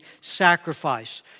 sacrifice